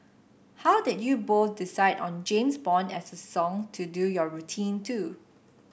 how did you both decide on James Bond as a song to do your routine to